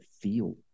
feel